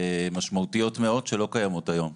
משמעותיות מאוד, שלא קיימות היום.